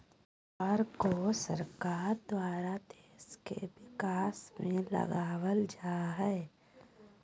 कर को सरकार द्वारा देश के विकास में लगावल जा हय